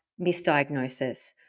misdiagnosis